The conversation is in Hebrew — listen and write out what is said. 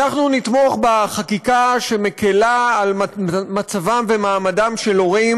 אנחנו נתמוך בחקיקה שמקלה את מצבם ומעמדם של הורים.